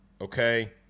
okay